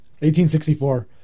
1864